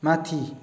माथि